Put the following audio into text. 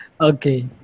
Okay